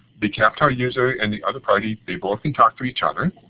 the captel user and the other party, they both can talk to each other.